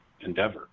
endeavor